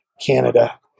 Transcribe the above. Canada